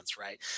right